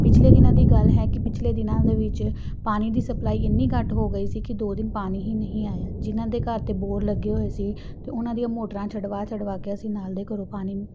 ਪਿਛਲੇ ਦਿਨਾਂ ਦੀ ਗੱਲ ਹੈ ਕਿ ਪਿਛਲੇ ਦਿਨਾਂ ਦੇ ਵਿੱਚ ਪਾਣੀ ਦੀ ਸਪਲਾਈ ਇੰਨੀ ਘੱਟ ਹੋ ਗਈ ਸੀ ਕਿ ਦੋ ਦਿਨ ਪਾਣੀ ਹੀ ਨਹੀਂ ਆਇਆ ਜਿਨ੍ਹਾਂ ਦੇ ਘਰ ਤਾਂ ਬੋਰ ਲੱਗੇ ਹੋਏ ਸੀ ਤਾਂ ਉਹਨਾਂ ਦੀਆਂ ਮੋਟਰਾਂ ਛਡਵਾ ਛਡਵਾ ਕੇ ਅਸੀਂ ਨਾਲ ਦੇ ਘਰੋਂ ਪਾਣੀ